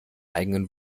eigenen